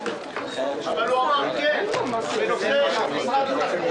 14:20.